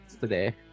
today